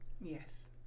Yes